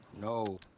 No